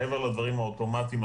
מעבר לדברים האוטומטיים,